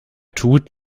tut